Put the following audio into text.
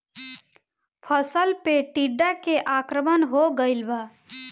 फसल पे टीडा के आक्रमण हो गइल बा?